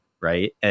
right